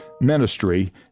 ministry